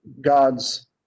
God's